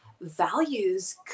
values